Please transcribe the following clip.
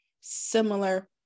similar